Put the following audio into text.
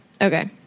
okay